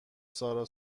سارا